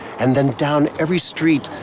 and then down every street,